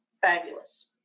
Fabulous